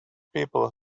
people